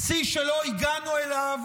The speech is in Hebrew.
שיא שלא הגענו אליו